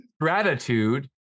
Gratitude